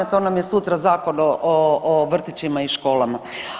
To nam je sutra Zakon o vrtićima i školama.